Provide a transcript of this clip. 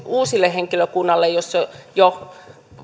uudelle henkilökunnalle jos jo